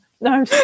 No